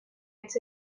its